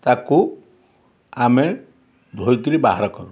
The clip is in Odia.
ତାକୁ ଆମେ ଧୋଇକିରି ବାହାର କରୁ